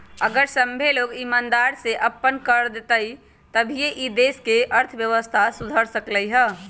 अगर सभ्भे लोग ईमानदारी से अप्पन कर देतई तभीए ई देश के अर्थव्यवस्था सुधर सकलई ह